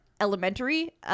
Elementary